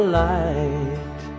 light